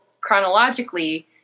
chronologically